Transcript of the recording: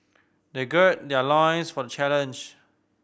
they gird their loins for challenge